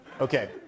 Okay